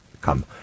come